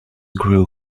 grew